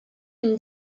une